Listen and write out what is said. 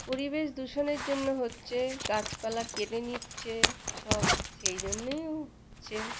পরিবেশ দূষণের জন্য হচ্ছে গাছপালা কেটে নিচ্ছে সব সেই জন্যেও হচ্ছে